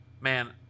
man